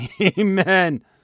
Amen